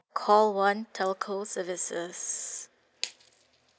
call one telco services